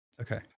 Okay